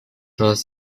was